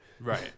Right